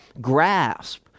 grasp